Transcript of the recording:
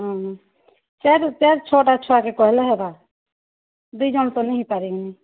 ହଁ ହଁ ଚାର୍ ଚାର୍ ଛଅଟା ଛୁଆକେ କହିଲେ ହେବା ଦୁଇଜଣ୍ ତ ନାଇଁ ହେଇପାରେ